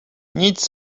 nic